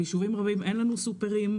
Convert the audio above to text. ביישובים רבים אין לנו סופרמרקטים,